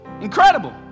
incredible